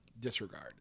Disregard